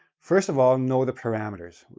first of all, know the parameters.